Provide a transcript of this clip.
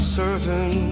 certain